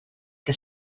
que